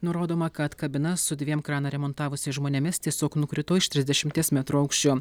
nurodoma kad kabina su dviem kraną remontavusiais žmonėmis tiesiog nukrito iš trisdešimties metrų aukščio